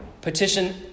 petition